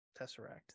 tesseract